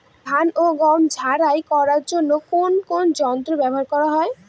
ধান ও গম ঝারাই করার জন্য কোন কোন যন্ত্র ব্যাবহার করা হয়?